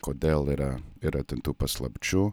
kodėl yra yra ten tų paslapčių